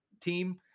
team